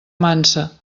mansa